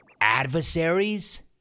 adversaries